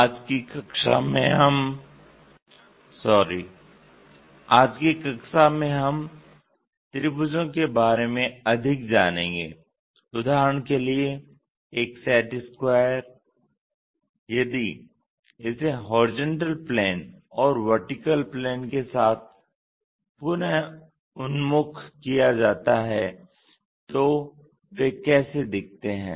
आज की कक्षा में हम त्रिभुजों के बारे में अधिक जानेंगे उदाहरण के लिए एक सेट स्क्वायर यदि इसे HP और VP के साथ पुन उन्मुख किया जाता है तो वे कैसे दिखते हैं